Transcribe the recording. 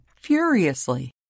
furiously